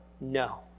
No